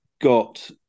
got